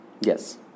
Yes